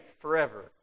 forever